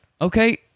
Okay